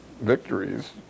victories